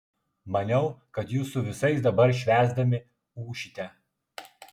maniau kad jūs su visais dabar švęsdami ūšite